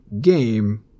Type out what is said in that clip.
game –